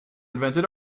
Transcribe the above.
invented